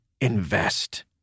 invest